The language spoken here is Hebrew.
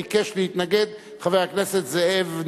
ביקש להתנגד חבר הכנסת זאב,